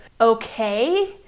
okay